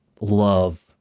love